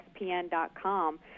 ESPN.com